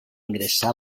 ingressà